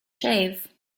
shave